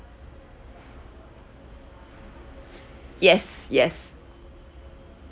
yes yes